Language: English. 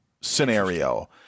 scenario